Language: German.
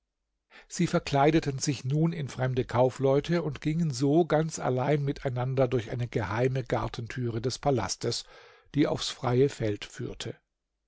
sie verkleideten sich nun in fremde kaufleute und gingen so ganz allein miteinander durch eine geheime gartentüre des palastes die aufs freie feld führte